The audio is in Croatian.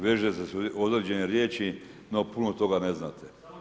Vežete određene riječi, no puno toga ne znate.